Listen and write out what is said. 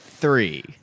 three